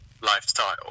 lifestyle